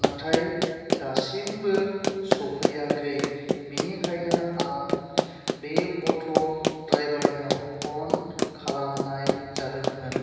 नाथाय दासिमबो सौफैयाखै बेनिखायनो आं बे अट' द्राइबारनिआव फन खालामनाय जादोंमोन